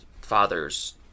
father's